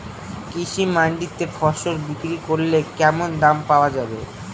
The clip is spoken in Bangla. কৃষি মান্ডিতে ফসল বিক্রি করলে কেমন দাম পাওয়া যাবে?